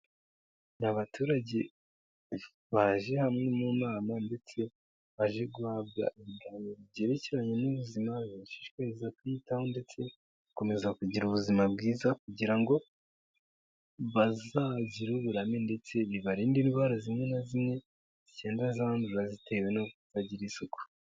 Ni abaturage baje hamwe mu nama ndetse baje guhabwa ibiganiro byerekeranye n'ubuzima bibashishikariza kwiyitaho ndetse bakomeza kugira ubuzima bwiza kugira ngo bazagire uburame ndetse bibarinde indwara zimwe na zimwe zigenda zandura zitewe no kutagira isuku.